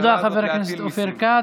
תודה לחבר הכנסת אופיר כץ.